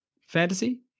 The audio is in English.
Fantasy